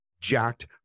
jacked